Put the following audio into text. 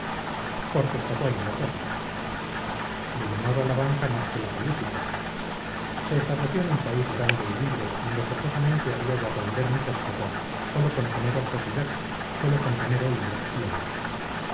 porque escapó a inglaterra le llamaba la banca más que la política se estableció en un país grande y libre donde forzosamente había de aprender muchas cosas sólo con tener ojos y ver sólo con tener oídos y oír